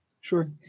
Sure